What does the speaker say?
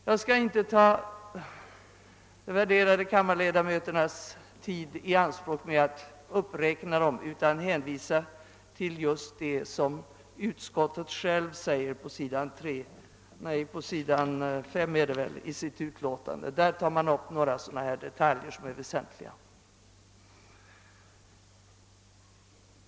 Jag skall inte ta de värderade kammarledamöternas tid i anspråk med att räkna upp dem utan hänvisar till vad utskottet skriver på s. 5 i sitt utlåtande. Där tar man upp några detaljer som är väsentliga.